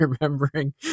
remembering